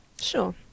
Sure